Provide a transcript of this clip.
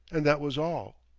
and that was all.